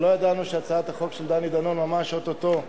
אבל לא ידענו שהצעת החוק של דני דנון ממש או-טו-טו,